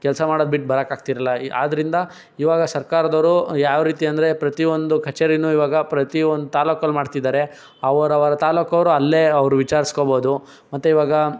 ಕೆಲಸ ಮಾಡೋದು ಬಿಟ್ಟು ಬರಕ್ಕೆ ಆಗ್ತಿರ್ಲಿಲ್ಲ ಆದ್ದರಿಂದ ಇವಾಗ ಸರ್ಕಾರದವರು ಯಾವ ರೀತಿ ಅಂದರೆ ಪ್ರತಿಯೊಂದು ಕಛೇರಿನು ಇವಾಗ ಪ್ರತಿಯೊಂದು ತಾಲೂಕಲ್ಲಿ ಮಾಡ್ತಿದ್ದಾರೆ ಅವರವರ ತಾಲುಕವರು ಅಲ್ಲೇ ಅವ್ರು ವಿಚಾರ್ಸ್ಕೊಬೋದು ಮತ್ತೆ ಇವಾಗ